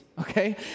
okay